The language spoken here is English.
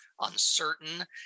uncertain